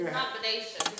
combination